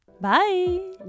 bye